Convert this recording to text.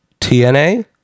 TNA